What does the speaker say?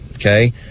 Okay